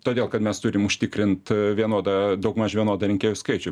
todėl kad mes turim užtikrint vienodą daugmaž vienodą rinkėjų skaičių